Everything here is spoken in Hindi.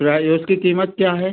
प्राइज उसकी क़ीमत क्या है